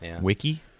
Wiki